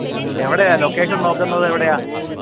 എവിടെയാണ് ലൊക്കേഷന് നോക്കുന്നത് എവിടെയാണ്